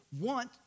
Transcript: want